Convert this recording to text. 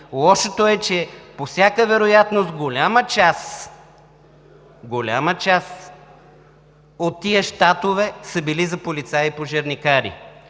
Лошото е, че по всяка вероятност голяма част от тези щатове са били за полицаи и пожарникари.